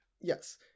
Yes